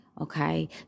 okay